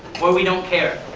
or, we don't care.